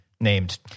Named